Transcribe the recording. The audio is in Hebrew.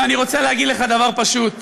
ואני רוצה להגיד לך דבר פשוט: